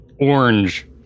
orange